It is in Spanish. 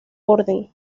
orden